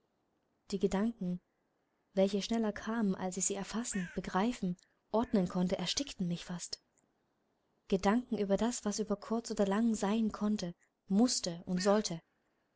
die gedanken welche schneller kamen als ich sie erfassen begreifen ordnen konnte erstickten mich fast gedanken über das was über kurz oder lang sein konnte mußte und sollte